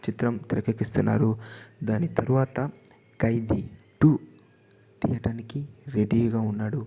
చిత్రం తెరకెక్కిస్తున్నాడు దాని తర్వాత ఖైదీ టూ తీయటానికి రెడీగా ఉన్నాడు